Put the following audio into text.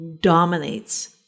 dominates